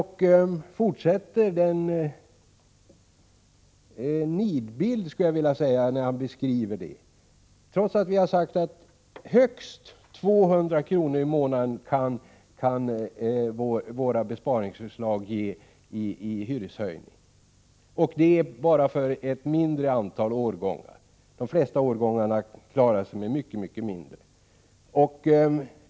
Han fortsätter att måla upp en nidbild, skulle jag vilje säga, när han beskriver den, trots att vi har sagt att våra besparingsförslag kan medföra högst 200 kr. i månaden i hyreshöjning — och detta gäller bara för ett mindre antal årgångar. För de flesta årgångar är det fråga om mycket mindre.